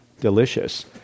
delicious